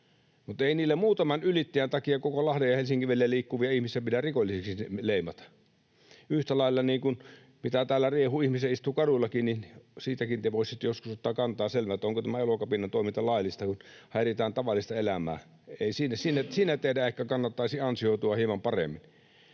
Mutta ei niiden muutaman ylittäjän takia kaikkia Lahden ja Helsingin välillä liikkuvia ihmisiä pidä rikollisiksi leimata. Yhtä lailla siihen, mitä täällä riehuu, ihmisiä istuu kaduillakin, te voisitte joskus ottaa kantaa, että onko tämä Elokapinan toiminta laillista, kun häiritään tavallista elämää. Siinä teidän ehkä kannattaisi ansioutua hieman paremmin.